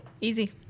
Easy